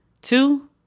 two